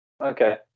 Okay